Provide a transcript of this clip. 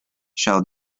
shall